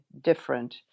different